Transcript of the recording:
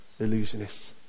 illusionists